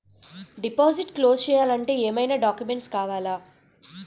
Deposit close చేయాలి అంటే ఏమైనా డాక్యుమెంట్స్ కావాలా?